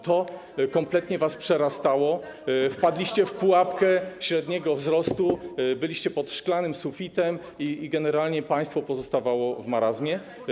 To kompletnie was przerastało, wpadliście w pułapkę średniego wzrostu, byliście pod szklanym sufitem i generalnie państwo pozostawało w marazmie.